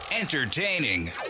entertaining